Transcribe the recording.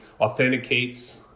authenticates